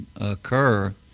occur